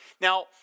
Now